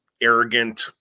arrogant